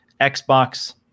Xbox